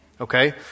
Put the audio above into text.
Okay